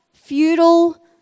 feudal